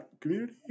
community